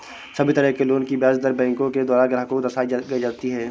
सभी तरह के लोन की ब्याज दर बैंकों के द्वारा ग्राहक को दर्शाई जाती हैं